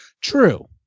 true